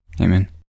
Amen